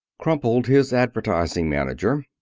crumpled his advertising manager.